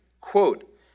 Quote